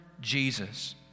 Jesus